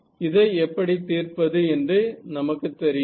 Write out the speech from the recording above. இதை எப்படி தீர்ப்பது என்று நமக்குத் தெரியுமா